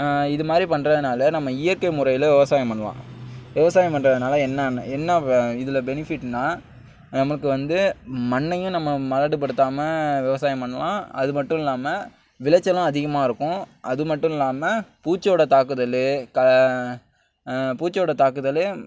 இது மாதிரி பண்ணறதுனால நம்ம இயற்கை முறையில் விவசாயம் பண்ணலாம் விவசாயம் பண்ணுறதுனால என்னெனு என்ன இதில் பெனிஃபிட்னால் நம்மளுக்கு வந்து மண்ணையும் நம்ம மலடு படுத்தாமல் விவசாயம் பண்ணலாம் அது மட்டும் இல்லாமல் விளைச்சலும் அதிகமாயிருக்கும் அது மட்டும் இல்லாமல் பூச்சோட தாக்குதல் பூச்சோட தாக்குதல்